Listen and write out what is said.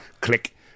Click